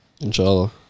Inshallah